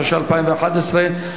התשע"א 2011,